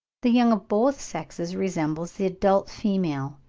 the young of both sexes resemble the adult female.